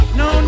no